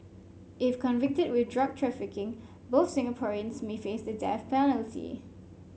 if convicted with drug trafficking both Singaporeans may face the death penalty